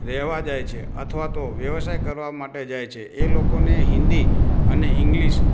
રહેવા જાય છે અથવા તો વ્યવસાય કરવા માટે જાય છે એ લોકોને હિંદી અને ઇંગ્લિશ